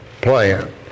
plan